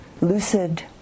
lucid